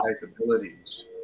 capabilities